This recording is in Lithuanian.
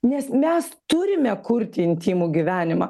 nes mes turime kurti intymų gyvenimą